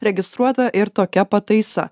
registruota ir tokia pataisa